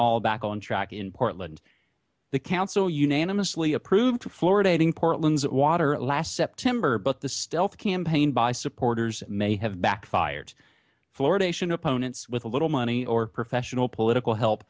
all back on track in portland the council unanimously approved florida adding portland's water last september but the stealth campaign by supporters may have backfired fluoridation opponents with a little money or professional political help